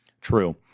true